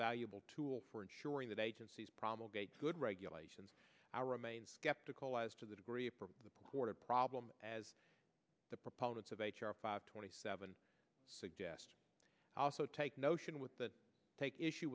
valuable tool for ensuring that agencies promulgated good regulations are remain skeptical as to the degree of the quarter problem as the proponents of h r five twenty seven suggest also take notion with that take issue